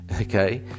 okay